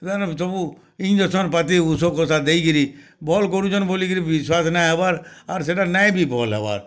ସବୁ ଇଞ୍ଜେକ୍ସନ୍ ପାତି ଦେଇକିରି ଭଲ୍ କରୁଛନ୍ ବୋଲିକିରି ବିଶ୍ୱାସ୍ ନାଇଁ ହବାର୍ ଆଉ ସେଇଟା ନାଇଁ ବି ଭଲ୍ ହେବାର୍